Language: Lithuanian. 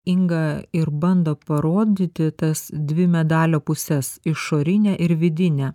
inga ir bando parodyti tas dvi medalio puses išorinę ir vidinę